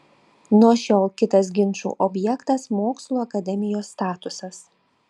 nuo šiol kitas ginčų objektas mokslų akademijos statusas